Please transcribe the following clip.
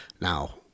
now